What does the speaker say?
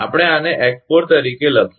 આપણે આને x4 તરીકે લઈશું